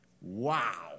Wow